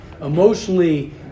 emotionally